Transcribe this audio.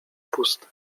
puste